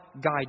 guide